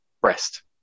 breast